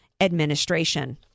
administration